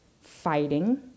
fighting